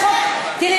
זה חוק, את לא מתביישת?